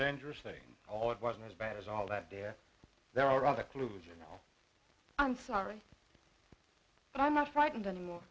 dangerous thing all it wasn't as bad as all that there there are other clues you know i'm sorry but i'm not frightened any more